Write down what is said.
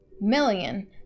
million